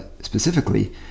specifically